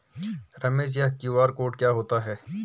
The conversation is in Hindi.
रमेश यह क्यू.आर कोड क्या होता है?